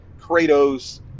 Kratos